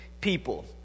people